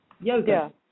yoga